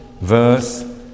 verse